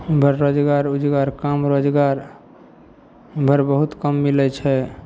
उमहर रोजगार उजगार काम रोजगार उमहर बहुत कम मिलय छै